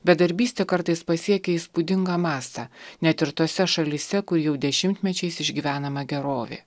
bedarbystė kartais pasiekia įspūdingą mastą net ir tose šalyse kur jau dešimtmečiais išgyvenama gerovė